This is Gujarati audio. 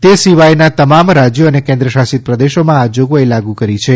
તે સિવાયના તમામ રાજ્યો અને કેન્દ્રશાસીત પ્રદેશોમાં આ જોગવાઈ લાગુ કરી છે